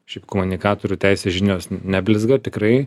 šiaip komunikatorių teisės žinios neblizga tikrai